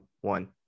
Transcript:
one